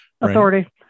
Authority